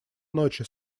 ночи